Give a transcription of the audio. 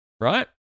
right